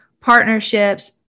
partnerships